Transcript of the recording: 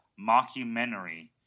mockumentary